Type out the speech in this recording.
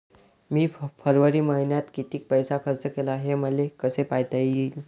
मी फरवरी मईन्यात कितीक पैसा खर्च केला, हे मले कसे पायता येईल?